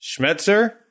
Schmetzer